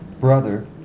brother